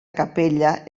capella